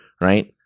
right